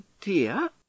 dear